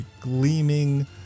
gleaming